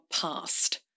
past